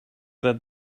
that